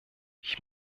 ich